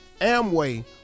Amway